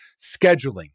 scheduling